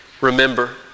remember